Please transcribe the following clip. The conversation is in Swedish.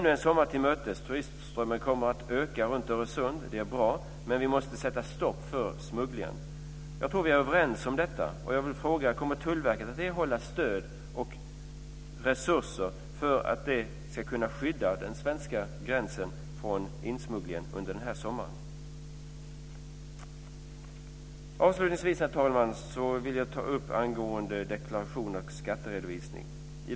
Turistströmmen kommer att öka runt Öresund. Det är bra. Men vi måste sätta stopp för smugglingen. Jag tror vi är överens om detta. Herr talman! Avslutningsvis vill jag ta upp deklarationer och skatteredovisning.